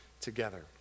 together